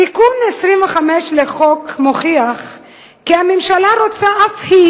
תיקון 25 לחוק מוכיח כי הממשלה רוצה אף היא